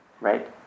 right